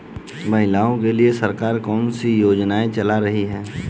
महिलाओं के लिए सरकार कौन सी योजनाएं चला रही है?